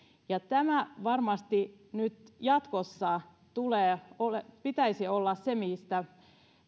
tämän varmasti jatkossa pitäisi olla se mistä